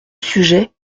sujets